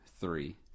three